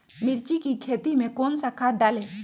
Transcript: मिर्च की खेती में कौन सा खाद डालें?